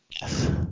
Yes